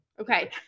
Okay